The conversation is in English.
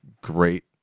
great